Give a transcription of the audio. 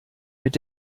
mit